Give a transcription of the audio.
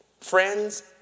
friends